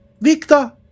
Victor